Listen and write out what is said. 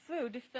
food